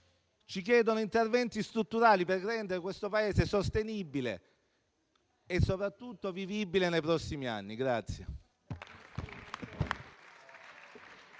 e interventi strutturali per rendere questo Paese sostenibile e soprattutto vivibile nei prossimi anni.